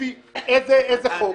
לפי איזה חוק?